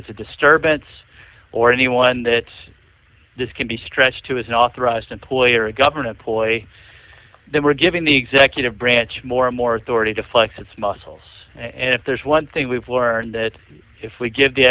it's a disturbance or anyone that this can be stretched to as an authorized employer a government employee then we're giving the executive branch more and more authority to flex its muscles and if there's one thing we've learned that if we give the